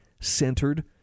centered